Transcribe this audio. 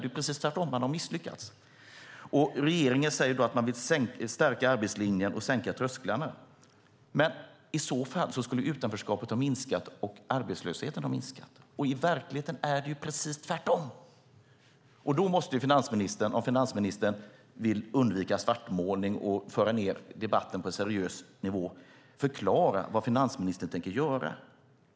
Det är precis tvärtom; man har misslyckats. Regeringen säger att man vill stärka arbetslinjen och sänka trösklarna. Men i så fall skulle utanförskapet och arbetslösheten ha minskat. I verkligheten är det ju precis tvärtom. Då måste finansministern, om han vill undvika svartmålning och föra ned debatten på en seriös nivå, förklara vad han tänker göra.